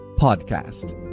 Podcast